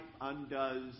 undoes